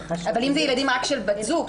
אבל אם זה ילדים רק של בת זוג,